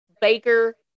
Baker